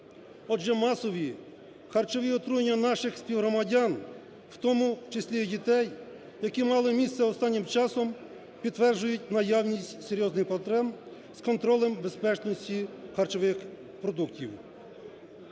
Отже, масові харчові отруєння наших співгромадян, у тому числі дітей, які мали місце останнім часом, підтверджують наявність серйозних проблем з контролем безпечності харчових продуктів.